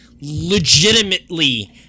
legitimately